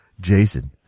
Jason